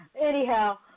Anyhow